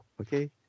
okay